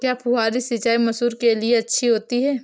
क्या फुहारी सिंचाई मसूर के लिए अच्छी होती है?